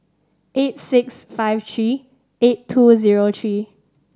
eight six five three eight two zero three